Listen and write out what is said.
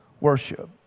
worship